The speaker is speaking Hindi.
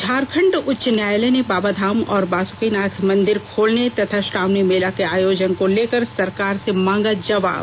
झारखंड उच्च न्यायालय ने बाबाधाम और बासुकीनाथ मंदिर खोलने तथा श्रावणी मेला के आयोजन को लेकर सरकार से मांगा जवाब